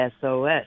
SOS